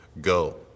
go